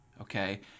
okay